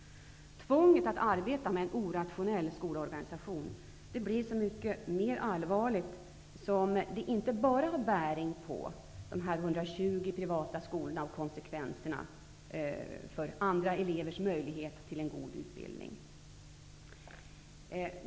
Tvånget att arbeta med en orationell skolorganisation blir så mycket mera allvarligt, eftersom detta inte bara har bäring på de 120 privata skolorna och på konsekvenserna när det gäller andra elevers möjligheter till en god utbildning.